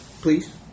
please